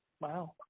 Wow